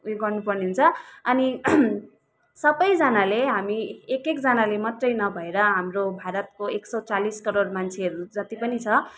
उयो गर्नु पर्ने हुन्छ अनि सबैजनाले हामी एकएक जनाले मात्रै नभएर हाम्रो भारतको एक सय चालिस करोडको मान्छेहरू जति पनि छ